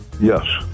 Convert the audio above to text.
Yes